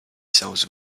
sells